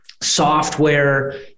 software